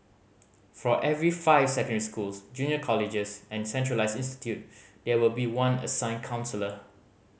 for every five secondary schools junior colleges and centralised institute there will be one assigned counsellor